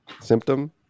symptom